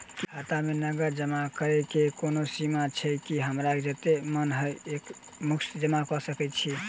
की खाता मे नगद जमा करऽ कऽ कोनो सीमा छई, की हमरा जत्ते मन हम एक मुस्त जमा कऽ सकय छी?